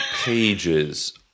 pages